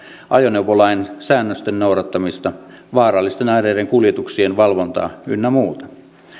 ajoneuvolain säännösten noudattamista vaarallisten aineiden kuljetuksien valvontaa ynnä muuta